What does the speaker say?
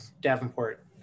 Davenport